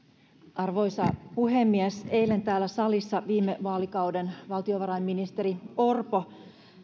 arvoisa puhemies eilen täällä salissa viime vaalikauden valtiovarainministeri orpo